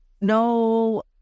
No